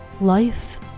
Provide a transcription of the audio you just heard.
Life